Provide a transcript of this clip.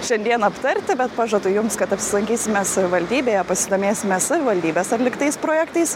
šiandien aptarti bet pažadu jums kad apsilankysime savivaldybėje pasidomėsime savivaldybės atliktais projektais